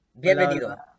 Bienvenido